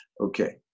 Okay